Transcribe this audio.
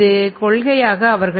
இது கொள்கையாக அவர்கள்